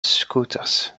scooters